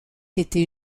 été